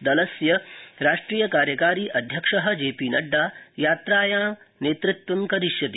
लस्य राष्ट्रीय कार्यकारी अध्यक्ष जेपी नड्डा यात्रायां नेतृत्वं करिष्यति